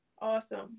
awesome